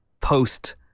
post